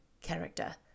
character